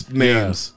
names